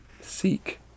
seek